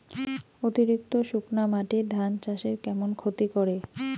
অতিরিক্ত শুকনা মাটি ধান চাষের কেমন ক্ষতি করে?